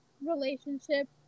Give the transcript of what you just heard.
relationship